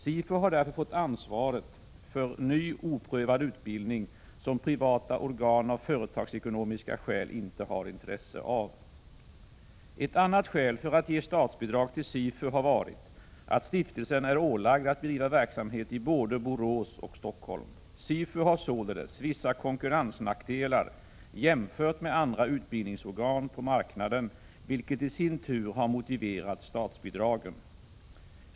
SIFU har därför fått ta ansvaret för ny oprövad utbildning som privata organ av företagsekonomiska skäl inte har intresse av. Ett annat skäl för att ge statsbidrag till SIFU har varit att stiftelsen är ålagd att bedriva verksamhet i både Borås och Stockholm. SIFU har således vissa konkurrensnackdelar jämfört med andra utbildningsorgan på marknaden, vilket i sin tur har motiverat statsbidragen.